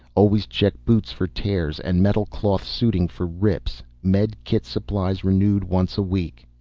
always check boots for tears and metalcloth suiting for rips. medikit supplies renewed once a week.